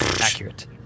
Accurate